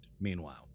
meanwhile